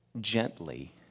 gently